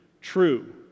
true